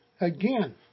again